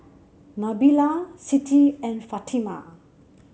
Nabila Siti and Fatimah